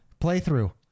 playthrough